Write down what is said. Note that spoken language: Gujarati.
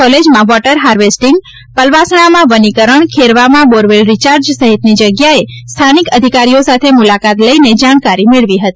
કોલેજમાં વોટર હાઇવેસ્ટીંગ પાલાવાસણામાં વનીકરણ ખેરવામાં બોરવેલ રિચાર્જ સહિતની જગ્યાએ સ્થાનિક અધિકારીઓ સાથે મુલાકાત લઇને જાણકારી મેળવી હતી